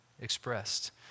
expressed